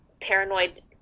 paranoid